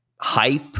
hype